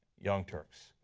young turks.